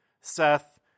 Seth